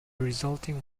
resulting